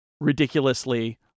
ridiculously